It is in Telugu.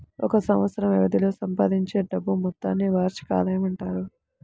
ఒక సంవత్సరం వ్యవధిలో సంపాదించే డబ్బు మొత్తాన్ని వార్షిక ఆదాయం అంటారు